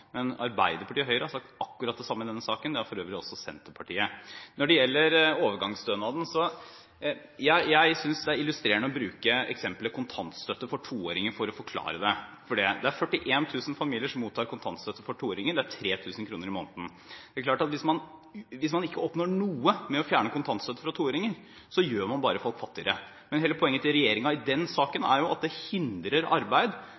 men Arbeiderpartiet og Høyre har sagt akkurat det samme i denne saken, og det har for øvrig også Senterpartiet. Når det gjelder overgangsstønaden, synes jeg det er illustrerende å bruke kontantstøtte for toåringer som eksempel for å forklare det. Det er 41 000 familier som mottar kontantstøtte for toåringer – det er 3 000 kr i måneden. Det er klart at hvis man ikke oppnår noe med å fjerne kontantstøtte for toåringer, gjør man bare folk fattigere, men hele poenget til regjeringen i den saken er at støtten hindrer arbeid